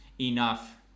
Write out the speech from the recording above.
enough